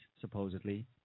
supposedly